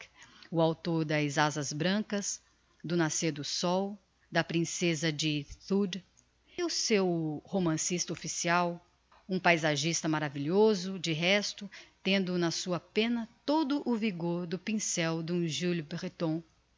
o autor das azas brancas do nascer do sol da princeza de thude o seu romancista official um paisagista maravilhoso de resto tendo na sua penna todo o vigor do pincel d'um jules breton